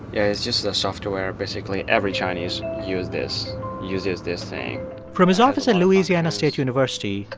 yeah, it's just a software. basically, every chinese used this uses this thing from his office at louisiana state university,